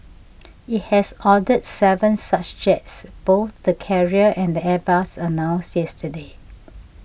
it has ordered seven such jets both the carrier and Airbus announced yesterday